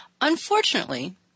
Unfortunately